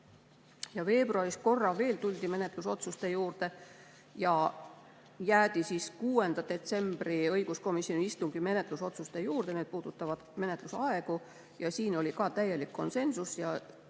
tuldi korra veel menetlusotsuste juurde ja jäädi 6. detsembri õiguskomisjoni istungi menetlusotsuste juurde. Need puudutavad menetlusaegu. Siin oli ka täielik konsensus ja